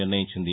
నిర్ణయించింది